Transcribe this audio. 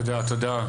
תודה תודה.